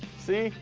see,